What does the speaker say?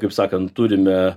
kaip sakant turime